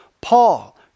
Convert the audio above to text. Paul